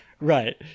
Right